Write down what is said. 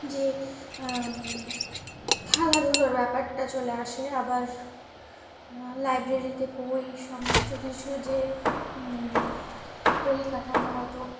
যে খেলাধূলার ব্যাপারটা চলে আসে আবার লাইব্রেরিতে বই সমস্ত কিছু যে পরিকাঠামোগত